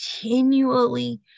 continually